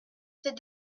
ces